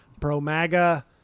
pro-MAGA